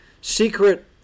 secret